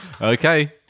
Okay